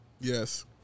Yes